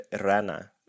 Rana